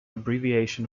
abbreviation